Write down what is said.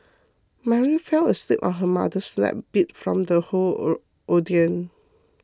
mary fell asleep on her mother's lap beat from the whole ordeal